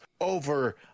over